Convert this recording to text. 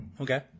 Okay